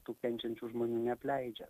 tų kenčiančių žmonių neapleidžia